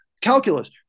calculus